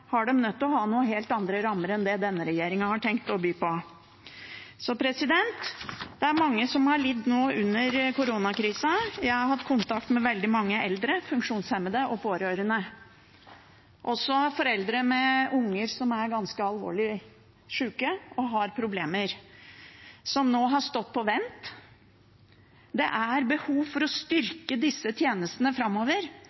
nødt til å ha noen helt andre rammer enn det denne regjeringen har tenkt å by på. Det er mange som har lidd nå under koronakrisen. Jeg har hatt kontakt med veldig mange eldre, funksjonshemmede og pårørende, og også med foreldre med unger som er ganske alvorlig syke og har problemer, som nå har stått på vent. Det er behov for å